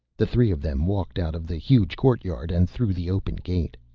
the three of them walked out of the huge courtyard and through the open gate.